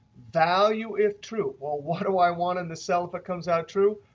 value if true. well, what do i want in the cell if it comes out true?